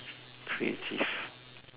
creative